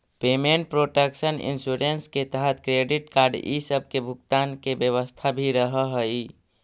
payment protection insurance के तहत credit card इ सब के भुगतान के व्यवस्था भी रहऽ हई